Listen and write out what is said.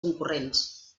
concurrents